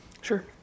Sure